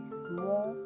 small